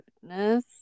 goodness